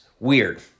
Weird